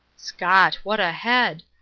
scott, what a head!